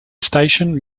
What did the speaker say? station